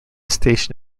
station